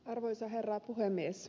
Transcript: arvoisa herra puhemies